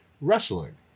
wrestling